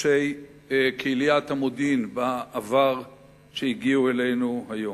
ראשי קהיליית המודיעין בעבר שהגיעו אלינו היום,